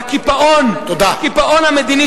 והקיפאון המדיני,